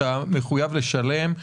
אתה מחויב לשלם,